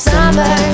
Summer